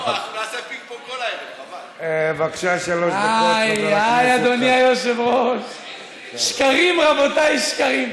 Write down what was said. איי, איי, אדוני היושב-ראש, שקרים, רבותיי, שקרים.